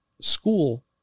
school